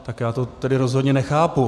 Tak já to tedy rozhodně nechápu.